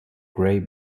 grey